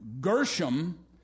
Gershom